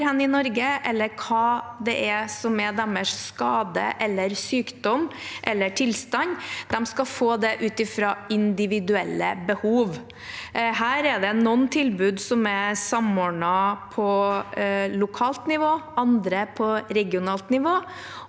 eller hva det er som er deres skade, sykdom eller tilstand – skal få det ut fra individuelle behov. Her er det noen tilbud som er samordnet på lokalt nivå og andre på regionalt nivå,